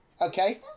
Okay